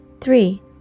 three